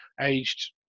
aged